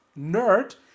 nerd